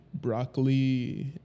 broccoli